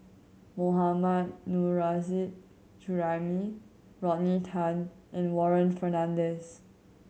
Mohammad Nurrasyid Juraimi Rodney Tan and Warren Fernandez